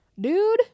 dude